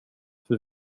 för